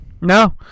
No